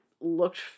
looked